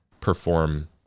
perform